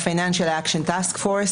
Financial Action Task Force,